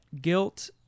guilt